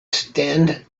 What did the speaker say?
stand